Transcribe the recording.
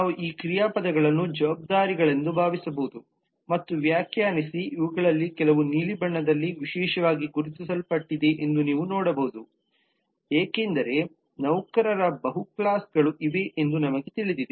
ನಾವು ಈ ಕ್ರಿಯಾಪದಗಳನ್ನು ಜವಾಬ್ದಾರಿಗಳೆಂದು ಭಾವಿಸಬಹುದು ಮತ್ತು ವ್ಯಾಖ್ಯಾನಿಸಿ ಇವುಗಳಲ್ಲಿ ಕೆಲವು ನೀಲಿ ಬಣ್ಣದಲ್ಲಿ ವಿಶೇಷವಾಗಿ ಗುರುತಿಸಲ್ಪಟ್ಟಿವೆ ಎಂದು ನೀವು ನೋಡಬಹುದು ಏಕೆಂದರೆ ನೌಕರರ ಬಹು ಕ್ಲಾಸ್ಗಳು ಇವೆ ಎಂದು ನಮಗೆ ತಿಳಿದಿದೆ